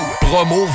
promo